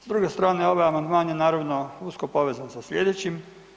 S druge strane, ovaj amandman je naravno usko povezan sa slijedećim.